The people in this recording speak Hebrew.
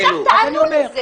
עכשיו תענו לזה.